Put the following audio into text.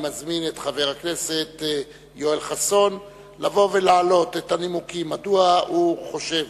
ואני מזמין את חבר הכנסת יואל חסון להעלות את הנימוקים מדוע הוא חושב